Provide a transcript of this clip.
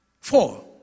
Four